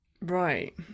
Right